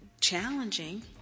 challenging